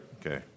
Okay